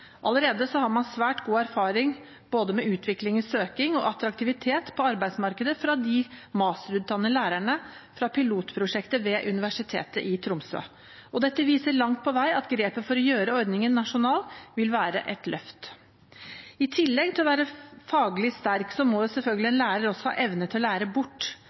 Allerede har man svært god erfaring med både utvikling i søking og attraktivitet på arbeidsmarkedet fra de masterutdannede lærerne fra pilotprosjektet ved Universitetet i Tromsø. Dette viser langt på vei at grepet for å gjøre ordningen nasjonal vil være et løft. I tillegg til å være faglig sterk må en lærer selvfølgelig ha evne til å lære bort,